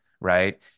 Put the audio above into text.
right